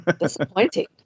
disappointing